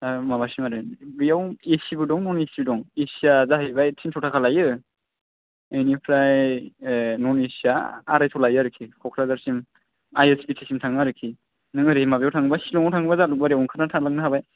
माबासिम आरो बेयाव एसिबो दं न'न एसिबो दं एसिआ जाहैबाय तिनस' ताका लायो इनिफ्राय न'न एसिआ आरायस' लायो आरोकि कक्राझारनिसिम आइ एस बि टि सिम थाङो आरोकि नों ओरै माबायाव थाङोबा सिङाव थाङोबा जालुकबारिआव थालांनो हाबाय